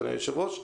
אדוני היושב-ראש,